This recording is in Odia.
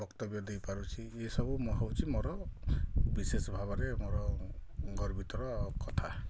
ବକ୍ତବ୍ୟ ଦେଇପାରୁଛି ଏଇସବୁ ହଉଛି ମୋର ବିଶେଷ ଭାବରେ ମୋର ଗର୍ବିତର କଥା